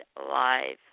live